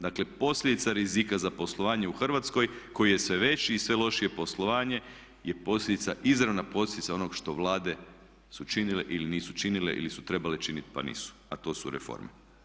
Dakle, posljedica rizika za poslovanje u Hrvatskoj koji je sve veći i sve lošije poslovanje je posljedica, izravna posljedica onog što Vlade su činile ili nisu činile ili su trebale činiti pa nisu a to su reforme.